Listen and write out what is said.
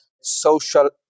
social